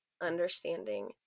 understanding